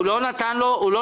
הוא לא נתן לו קידום.